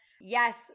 Yes